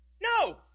No